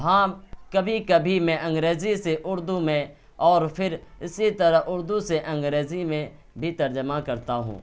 ہاں کبھی کبھی میں انگریزی سے اردو میں اور پھر اسی طرح اردو سے انگریزی میں بھی ترجمہ کرتا ہوں